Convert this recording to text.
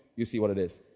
you see what it is.